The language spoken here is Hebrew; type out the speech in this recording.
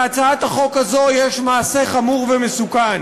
בהצעת החוק הזו יש מעשה חמור ומסוכן.